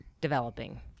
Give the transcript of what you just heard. developing